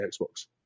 Xbox